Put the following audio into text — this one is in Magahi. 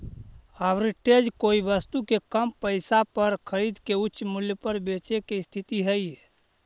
आर्बिट्रेज कोई वस्तु के कम पईसा पर खरीद के उच्च मूल्य पर बेचे के स्थिति हई